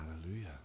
Hallelujah